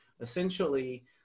essentially